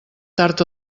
tard